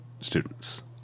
students